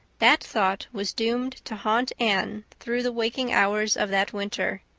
that thought was doomed to haunt anne through the waking hours of that winter,